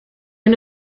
end